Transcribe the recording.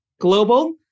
Global